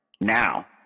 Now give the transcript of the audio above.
Now